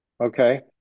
okay